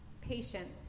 patience